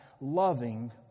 loving